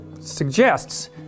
suggests